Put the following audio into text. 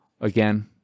again